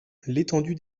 l’étendue